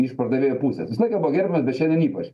iš pardavėjo pusės visą laiką buvo gerbiamas bet šiandien ypač